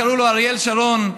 קראו לו אריאל שרון.